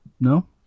no